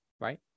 right